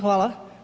Hvala.